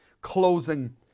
closing